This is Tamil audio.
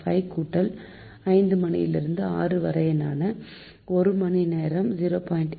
5 கூட்டல் 5 மணியிலிருந்து 6 வரையான 1 மணி நேரம் 0